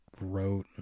wrote